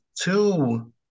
two